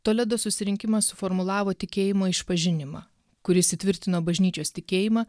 toledo susirinkimas suformulavo tikėjimo išpažinimą kuris įtvirtino bažnyčios tikėjimą